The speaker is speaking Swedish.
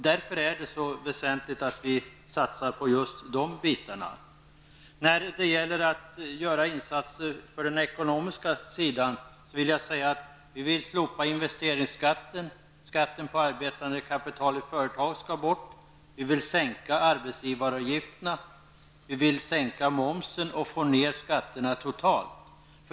Därför är det väsentligt att vi satsar på just de bitarna. När det gäller att göra insatser på den ekonomiska sidan. vill vi slopa investeringsskatten. Skatten på arbetade kapital i företag skall bort. Vi vill sänka arbetsgivaravgifterna. Vi vill sänka momsen och få ned skatterna totalt.